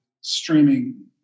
streaming